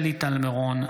שלי טל מירון,